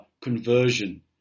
conversion